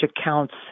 accounts